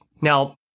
Now